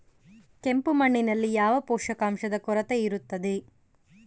ಕೆಂಪು ಮಣ್ಣಿನಲ್ಲಿ ಯಾವ ಪೋಷಕಾಂಶದ ಕೊರತೆ ಇರುತ್ತದೆ?